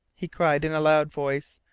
he cried in a loud voice,